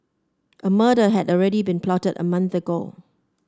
a murder had already been plotted a month ago